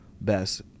best